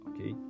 okay